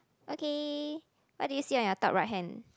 okay what do you see on your top right hand